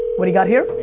what do you got here?